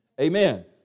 Amen